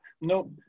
Nope